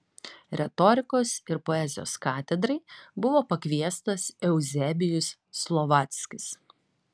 retorikos ir poezijos katedrai buvo pakviestas euzebijus slovackis